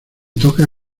toca